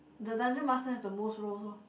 the dungeon master has the most roles lor